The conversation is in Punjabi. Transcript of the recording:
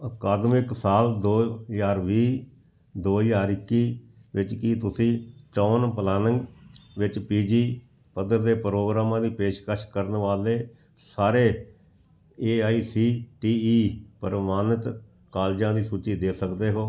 ਅਕਾਦਮਿਕ ਸਾਲ ਦੋ ਹਜ਼ਾਰ ਵੀਹ ਦੋ ਹਜ਼ਾਰ ਇੱਕੀ ਵਿੱਚ ਕੀ ਤੁਸੀਂ ਟਾਊਨ ਪਲਾਨਿੰਗ ਵਿੱਚ ਪੀ ਜੀ ਪੱਧਰ ਦੇ ਪ੍ਰੋਗਰਾਮਾਂ ਦੀ ਪੇਸ਼ਕਸ਼ ਕਰਨ ਵਾਲੇ ਸਾਰੇ A I C T E ਪ੍ਰਵਾਨਿਤ ਕਾਲਜਾਂ ਦੀ ਸੂਚੀ ਦੇ ਸਕਦੇ ਹੋ